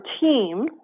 team